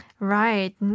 Right